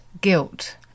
guilt